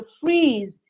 freeze